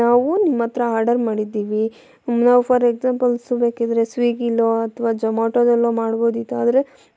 ನಾವು ನಿಮ್ಮ ಹತ್ರ ಆರ್ಡರ್ ಮಾಡಿದ್ದೀವಿ ನಾವು ಫಾರ್ ಎಕ್ಸಾಮ್ಪಲ್ಸ್ ಬೇಕಿದ್ದರೆ ಸ್ವಿಗ್ಗಿಲೋ ಅಥ್ವಾ ಜೊಮೋಟೊದಲ್ಲೋ ಮಾಡ್ಬೋದಿತ್ತು ಆದರೆ